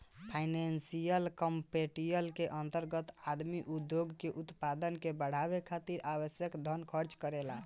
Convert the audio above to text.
financial capital के अंतर्गत आदमी उद्योग के उत्पादन के बढ़ावे खातिर आवश्यक धन खर्च करेला